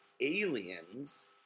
aliens